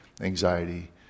anxiety